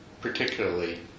particularly